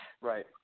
right